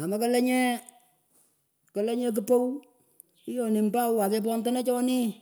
amakelenyeh kelenyeh kpawh hiyoni mbao akepondana chonih.